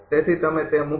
તેથી તમે તે મૂકો